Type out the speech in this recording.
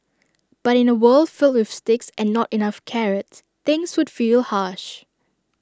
but in A world filled with sticks and not enough carrots things would feel harsh